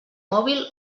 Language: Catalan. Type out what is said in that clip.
mòbil